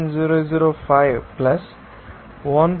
005 plus 1